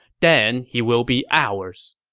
then he will be ours.